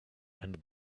and